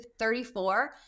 34